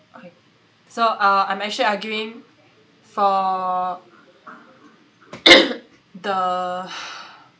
okay so uh I'm actually arguing for the